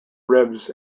ribs